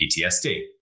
PTSD